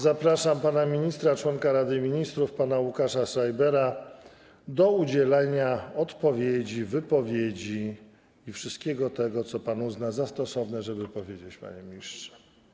Zapraszam ministra - członka Rady Ministrów pana Łukasza Schreibera do udzielenia odpowiedzi, wypowiedzi i wszystkiego tego, co pan uzna za stosowane, żeby powiedzieć, panie ministrze.